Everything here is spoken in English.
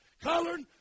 colored